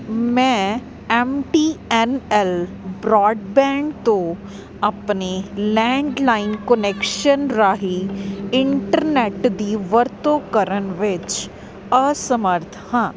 ਮੈਂ M T N L broadband ਤੋਂ ਆਪਣੇ ਲੈਂਡਲਾਈਨ ਕੁਨੈਕਸ਼ਨ ਰਾਹੀਂ ਇੰਟਰਨੈੱਟ ਦੀ ਵਰਤੋਂ ਕਰਨ ਵਿੱਚ ਅਸਮਰੱਥ ਹਾਂ